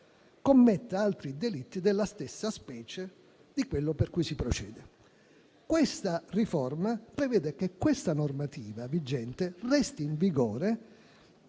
commetta altri delitti della stessa specie di quello per cui si procede. La riforma in esame prevede che la normativa vigente resti in vigore